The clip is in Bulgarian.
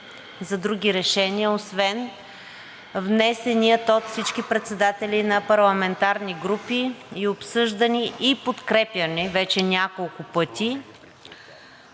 за други решения освен внесеният от всички председатели на парламентарни групи, и обсъждани, и подкрепяни вече няколко пъти,